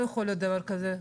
לא יכול להיות דבר כזה,